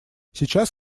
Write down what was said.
сейчас